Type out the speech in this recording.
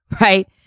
right